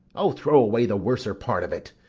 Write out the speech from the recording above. o, throw away the worser part of it,